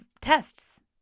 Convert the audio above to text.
tests